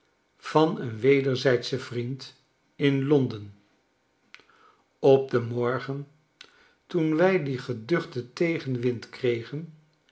van een wederzijdschen vriend in londen op den morgen toen wij dien geduchten tegenwind kregen